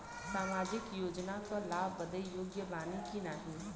सामाजिक योजना क लाभ बदे योग्य बानी की नाही?